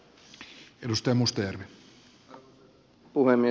arvoisa puhemies